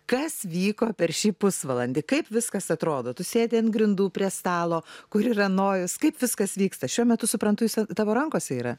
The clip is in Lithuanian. kas vyko per šį pusvalandį kaip viskas atrodo tu sėdi ant grindų prie stalo kur yra nojus kaip viskas vyksta šiuo metu suprantu jis tavo rankose yra